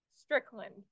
Strickland